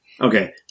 Okay